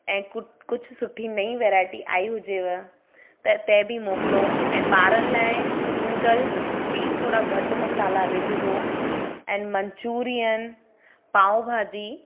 ऐं कु कुझु सुठी नई वेरायटी आहे हुजेव त तंहिं बि मोकिलो ऐं ॿारनि लाइ नूडल प्लीज़ थोरा घटि मसाला विझिजो ऐं मंचूरियन पाउ भाॼी